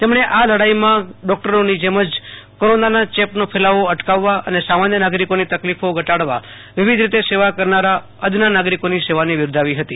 તેમણે આ લડાઇમાં ડોક્ટરોની જેમ જ કોરોનાના ચેપનો ફેલાવો અટકાવવા અને સામાન્યનાગરિકોની તકલીફો ઘટાડવા વિવિધ રીતે સેવા કરનાર અદના નાગરિકોની સેવાને બિરદાવી હતી